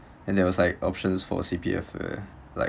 and there was like options for C_P_F uh like